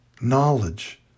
knowledge